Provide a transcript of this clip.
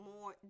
more